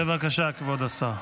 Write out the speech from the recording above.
בבקשה, כבוד השר,